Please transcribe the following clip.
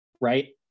right